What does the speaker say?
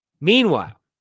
Meanwhile